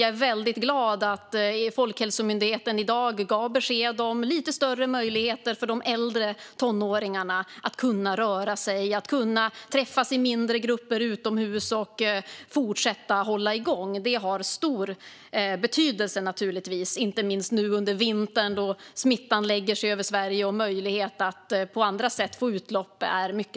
Jag är väldigt glad att Folkhälsomyndigheten i dag gav besked om lite större möjligheter för de äldre tonåringarna att röra sig, träffas i mindre grupper utomhus och fortsätta att hålla igång. Detta har naturligtvis stor betydelse, inte minst nu under vintern då smittan lägger sig över Sverige och det är mycket svårare att få utlopp på andra sätt.